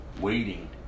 waiting